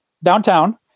downtown